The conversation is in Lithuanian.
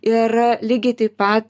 ir lygiai taip pat